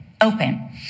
open